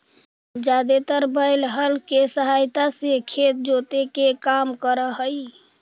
जादेतर बैल हल केसहायता से खेत जोते के काम कर हई